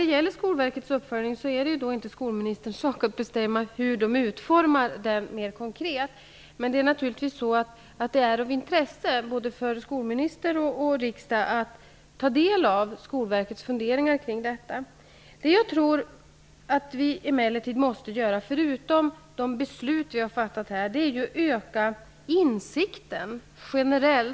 Det är inte skolministerns sak att bestämma hur Skolverkets uppföljning skall utformas mera konkret. Men det är naturligtvis av intresse både för skolministern och för riksdagen att ta del av Skolverkets funderingar i denna fråga. Utöver de beslut vi har fattat, tror jag att vi måste öka insikten generellt.